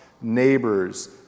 neighbors